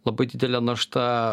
labai didelė našta